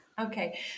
Okay